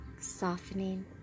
softening